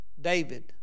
David